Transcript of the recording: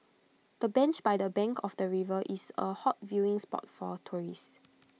the bench by the bank of the river is A hot viewing spot for tourists